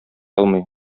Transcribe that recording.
алмый